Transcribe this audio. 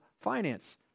finance